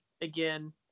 again